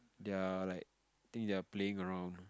they are like think they are playing around